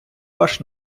ваш